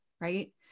right